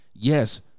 Yes